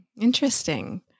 Interesting